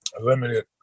limited